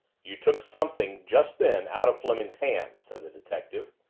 you took something, just then, out of fleming's hand, said the detective.